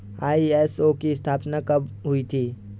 ISO की स्थापना कब हुई थी?